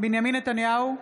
בנימין נתניהו,